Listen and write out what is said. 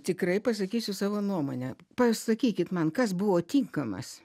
tikrai pasakysiu savo nuomonę pasakykit man kas buvo tinkamas